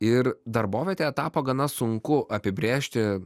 ir darbovietėje tapo gana sunku apibrėžti